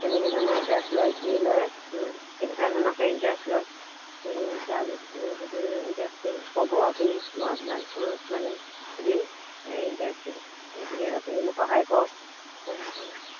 তেনেকৈ ধৰণৰ ইণ্টাৰেষ্ট লয় কি লয় কেনেকুৱা ধৰণৰকৈ ইণ্টাৰেষ্ট লয় এই তাৰ সেইটো ইণ্টাৰেষ্টটো ক'ব আপুনি মই আপোনাক অঁ মানে দিম ইণ্টাৰেষ্টটো গতিকে আপুনি মোক সহায় কৰক হয়